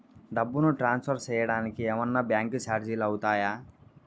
డబ్బును ట్రాన్స్ఫర్ సేయడానికి ఏమన్నా బ్యాంకు చార్జీలు అవుతాయా?